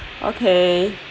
okay